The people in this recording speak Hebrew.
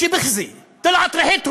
(אומר בערבית: דבר מביש, מסריח.)